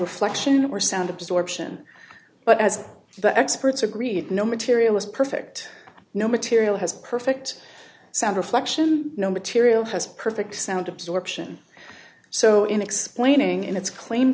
reflection or sound absorption but as the experts agreed no material is perfect no material has perfect sound reflection no material has perfect sound absorption so in explaining in its cl